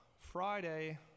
Friday